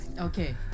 Okay